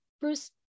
Bruce